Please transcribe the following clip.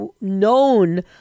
known